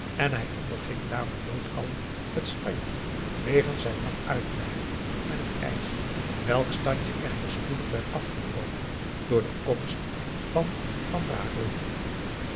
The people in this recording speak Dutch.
en hij onderging daarom doodkalm het standje wegens zijn lang uitblijven met het ijs welk standje echter spoedig werd afgebroken door de komst van van brakel